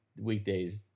Weekdays